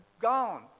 gone